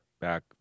back